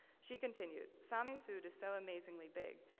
she continued, sami food is so amazingly big.